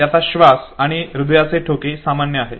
त्याचा श्वास आणि हृदयाचे ठोके सामान्य आहे